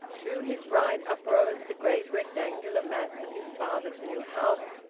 to his right uprose the great rectangular mass of his father's new house,